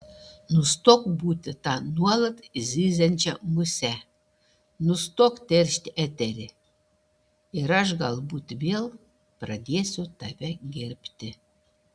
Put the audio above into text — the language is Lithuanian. nustok būti ta nuolat zyziančia muse nustok teršti eterį ir aš galbūt vėl pradėsiu tave gerbti